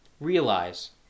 Realize